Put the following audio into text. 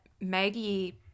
Maggie